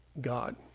God